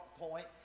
point